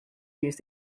use